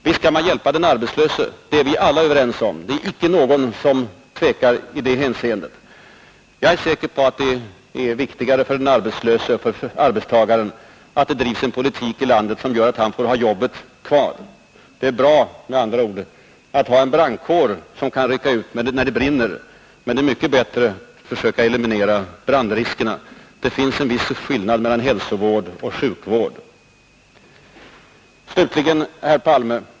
Visst skall man hjälpa den arbetslöse, det är vi alla överens om. Det är icke någon som tvekar i det hänseendet. Men jag är säker på att det är viktigare för den arbetslöse och för arbetstagaren att det drivs en politik i landet som gör att han får ha jobbet kvar. Det är med andra ord bra att ha en brandkår som kan rycka ut när det brinner, men det är mycket bättre att försöka eliminera brandriskerna. Det finns en viss skillnad mellan hälsovård och sjukvård.